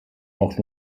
auch